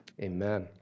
Amen